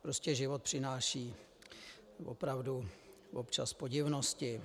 Prostě život přináší opravdu občas podivnosti.